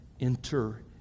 enter